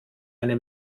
eine